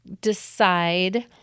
decide